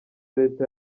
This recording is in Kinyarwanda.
leta